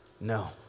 no